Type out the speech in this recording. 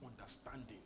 understanding